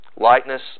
lightness